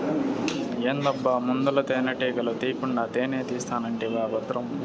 ఏందబ్బా ముందల తేనెటీగల తీకుండా తేనే తీస్తానంటివా బద్రం